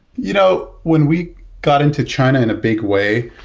you know when we got into china in a big way,